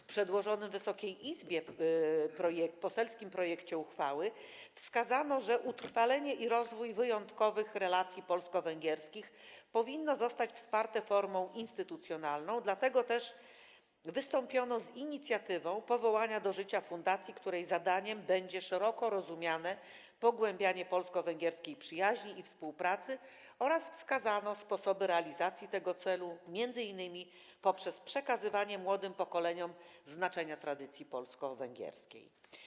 W przedłożonym Wysokiej Izbie poselskim projekcie uchwały wskazano, że utrwalenie i rozwój wyjątkowych relacji polsko-węgierskich powinny zostać wsparte formą instytucjonalną, dlatego też wystąpiono z inicjatywą powołania do życia fundacji, której zadaniem będzie szeroko rozumiane pogłębianie polsko-węgierskiej przyjaźni i współpracy, oraz wskazano sposoby realizacji tego celu - m.in. poprzez przekazywanie młodym pokoleniom znaczenia tradycji polsko-węgierskiej.